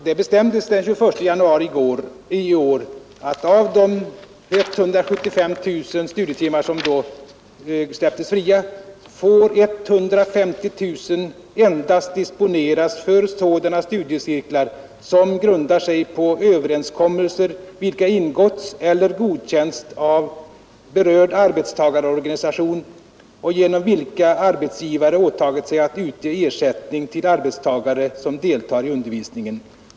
Det bestämdes den 21 januari i år att av de 175 000 studietimmar som då släpptes fria får 150 000 endast disponeras för sådana studiecirklar som grundar sig på överenskommelser vilka ingåtts eller godkänts av berörd arbetstagarorganisation och genom vilka arbetsgivare åtagit sig utge ersättning till arbetstagare som deltar i undervisningen.